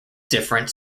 different